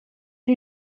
chi